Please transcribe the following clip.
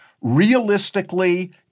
Realistically